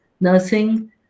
nursing